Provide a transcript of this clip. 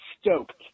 stoked